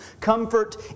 Comfort